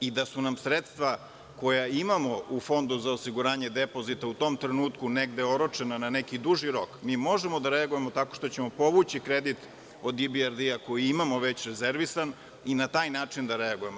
I da su nam sredstva koja imamo u Fondu za osiguranje depozita u tom trenutku negde oročena na neki duži rok, mi možemo da reagujemo tako što ćemo povući kredit od IBRD koji već imamo rezervisan i na taj način da reagujemo.